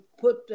put